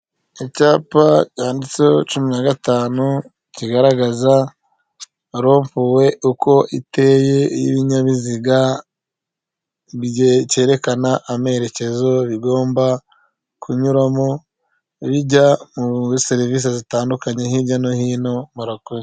Icyapa cyanditseho cumi na gatanu kigaragaza rompuwe uko iteye y'ibinyabiziga, cyerekana amerekezo bigomba kunyuramo bijya muri serivisi zitandukanye hirya no hino murakoze.